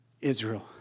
Israel